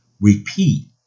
repeat